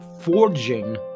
forging